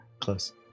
Close